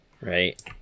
right